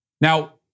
Now